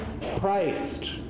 Christ